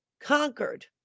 conquered